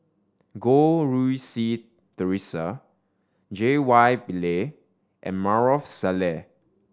Goh Rui Si Theresa J Y Pillay and Maarof Salleh